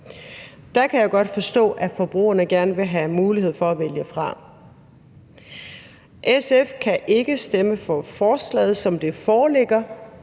Der kan jeg godt forstå, at forbrugerne gerne vil have mulighed for at vælge fra. SF kan ikke stemme for forslaget, som det foreligger,